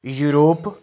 Europe